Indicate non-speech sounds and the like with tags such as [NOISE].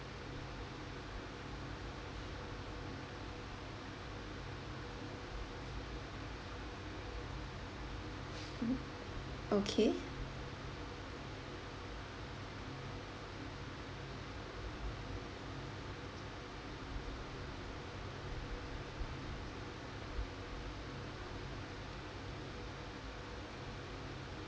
[NOISE] okay